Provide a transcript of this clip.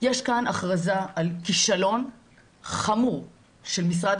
יש כאן הכרזה על כישלון חמור של משרד